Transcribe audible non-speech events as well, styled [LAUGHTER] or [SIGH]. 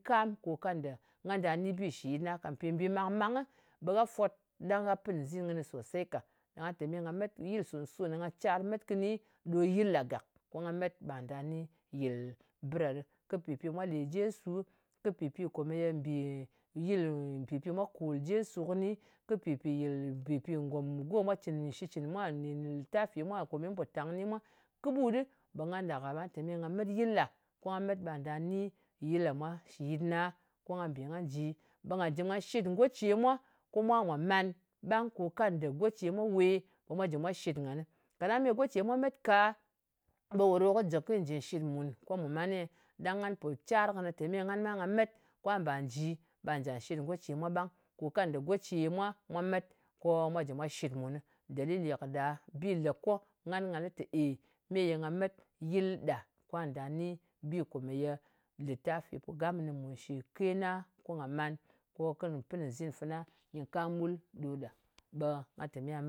Kam ko kanda nga nda ni shɨ yitna ka. Mpì mbì màng-màng ɓe gha fwot ɗang gha pɨn nzin kɨnɨ sosey ka. Ɓa gha te me nga met yɨl sòn-sòn nga cyar met kɨni ɗo yɨl ɗa gàk. Ko nga met ɓa nda ni yɨl bɨ ɗa ɗɨ, kɨ pìpi mwa kòl jesu kɨni, kɨ pɨpi yɨl pɨpi ngò mɨ komeye mbì [HESITATION] gàkgo mwa cɨn shitcɨn mwa nɗin lɨtafi mwa kome mu po tang kɨni mwa kɨɓut ɗɨ, ɓe ngan ɗak-a ɓa lɨ te nga met yɨl ɗa. Ko nga met ɓa da ni yɨl ɗa mwa shli yɨtna, ko nga bè nga ji ɓe nga jɨ nga shit ngo ce mwa ko mwa mwà man ɓang ko kanda go ce mwa wè ko mwa jɨ mwa shɨt ngan. Kaɗang me go ce mwa met ka ɓe we ɗo kɨ jɨ kiy jì shit mùn ko mu man ne? Ɗang nga po cyar kɨnɨ tē me ngan ma nga met kwa mba ji ɓa nja shit ngo ce mwa ɓang. Ko kanda go ce mwa met, ko mwa jɨ mwa shit mun nɨ. Dalili kɨ ɗa le ko ngan nga lɨ te ey, meye nga met yɨl ɗa kwa nɗa ni bi komeye litafi po gam kɨnɨ mùn shɨ ke na. Ko nga man, ko pɨn nzin fana nyi kam ɓul ɗo ɗa. Ɓe nga te me nga met